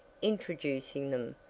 introducing them.